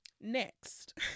Next